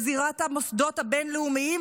בזירת המוסדות הבין-לאומיים.